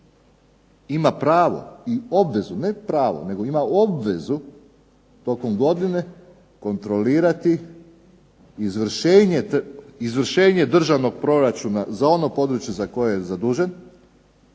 ima pravo, ne pravo ima i obvezu tokom godine kontrolirati izvršenje državnog proračuna za ono područje za koje je zadužen